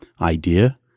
idea